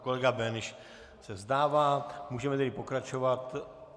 Kolega Böhnisch se vzdává, můžeme tedy pokračovat...